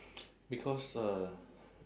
because uh